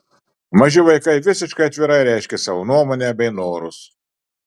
maži vaikai visiškai atvirai reiškia savo nuomonę bei norus